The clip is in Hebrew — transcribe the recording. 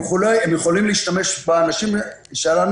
וכו' הם יכולים להשתמש באנשים שיש לנו